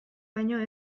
baino